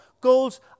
goals